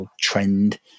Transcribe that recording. trend